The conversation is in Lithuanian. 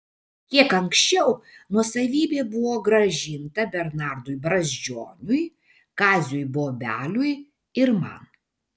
kiek anksčiau nuosavybė buvo grąžinta bernardui brazdžioniui kaziui bobeliui ir man